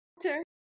Doctor